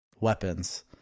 weapons